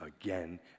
again